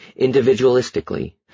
individualistically